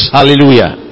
Hallelujah